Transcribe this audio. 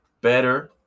Better